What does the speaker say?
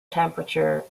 temperature